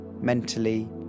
mentally